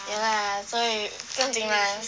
ya lah 所以不用紧 lah